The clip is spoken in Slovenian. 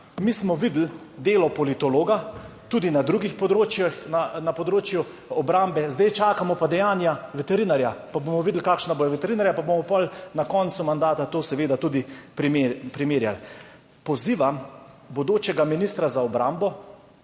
Mi smo videli delo politologa. Tudi na drugih področjih, na področju obrambe. Zdaj čakamo pa dejanja veterinarja pa bomo videli, kakšna bo, veterinarja, pa bomo potem na koncu mandata to seveda tudi primerjali. Pozivam bodočega ministra za obrambo,